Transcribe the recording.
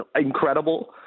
incredible